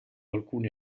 alcuni